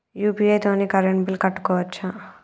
UPI తోని current bill కట్టుకోవచ్ఛా?